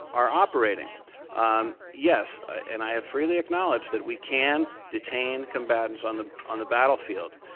are operating and, yes, and i have freely acknowledged that we can detain combatants on the on the battlefield.